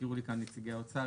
הזכירו לי כאן נציגי האוצר,